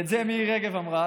את זה מירי רגב אמרה.